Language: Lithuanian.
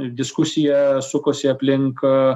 diskusija sukosi aplink